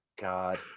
God